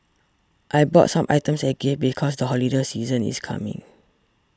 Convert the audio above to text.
I bought some items as gifts because the holiday season is coming